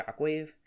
shockwave